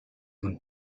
one